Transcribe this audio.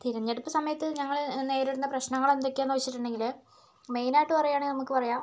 തിരഞ്ഞെടുപ്പ് സമയത്ത് ഞങ്ങൾ നേരിടുന്ന പ്രശ്നങ്ങളെന്തൊക്കെയാണെന്ന് ചോദിച്ചിട്ടുണ്ടെങ്കിൽ മെയിനായിട്ട് പറയുകയാണെങ്കിൽ നമുക്ക് പറയാം